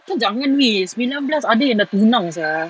kau jangan wei sembilan belas ada yang dah tunang sia